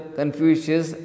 Confucius